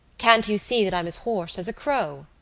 can't you see that i'm as hoarse as a crow?